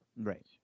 Right